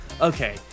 okay